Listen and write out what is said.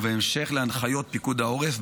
ובהמשך להנחיות פיקוד העורף,